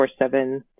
24-7